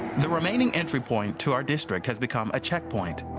the remaining entry point to our district has become a checkpoint.